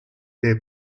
their